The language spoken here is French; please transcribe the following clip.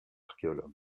archéologues